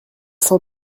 cent